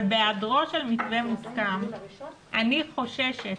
אבל בהיעדרו של מתווה מוסכם אני חוששת